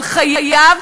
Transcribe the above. אבל חייב,